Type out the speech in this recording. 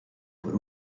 por